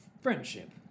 friendship